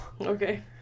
Okay